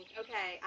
okay